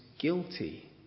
guilty